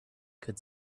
could